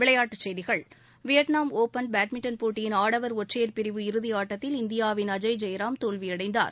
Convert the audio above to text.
விளையாட்டுச் செய்திகள் Vietnam open badminton போட்டியின் ஆடவர் ஒற்றையர் பிரிவு இறுதியாட்டத்தில் இந்தியாவின் அஜய் ஜெயராம் தோல்வியடைந்தார்